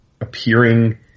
appearing